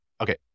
Okay